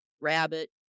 rabbit